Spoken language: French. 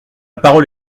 parole